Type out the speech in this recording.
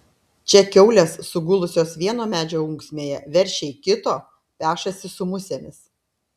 čia kiaulės sugulusios vieno medžio ūksmėje veršiai kito pešasi su musėmis